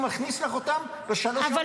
הוא מכניס לך אותם בשלוש, ארבע השנים הקרובות.